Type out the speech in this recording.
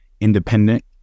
independent